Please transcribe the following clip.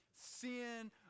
sin